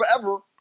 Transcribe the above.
forever